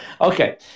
Okay